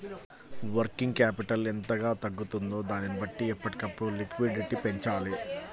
working capital ఎంతగా తగ్గుతుందో దానిని బట్టి ఎప్పటికప్పుడు లిక్విడిటీ పెంచాలి